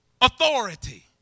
authority